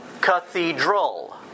Cathedral